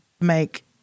make